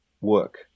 work